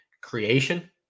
creation